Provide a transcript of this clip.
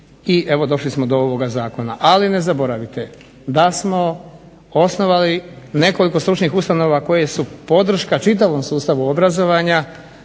i evo došli smo do ovoga zakona. Ali, ne zaboravite da smo osnovali nekoliko stručnih ustanova koje su podrška čitavom sustavu obrazovanja,